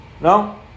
No